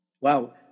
Wow